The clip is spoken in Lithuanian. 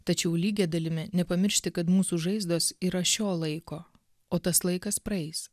tačiau lygia dalimi nepamiršti kad mūsų žaizdos yra šio laiko o tas laikas praeis